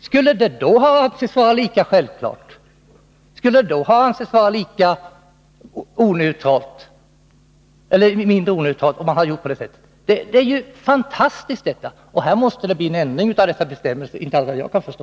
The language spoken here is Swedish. Skulle det då ha varit lika självklart och ansetts lika neutralt att gå med på detta? Detta är ju fantastiskt. Det måste bli en ändring av dessa bestämmelser, vad jag kan förstå.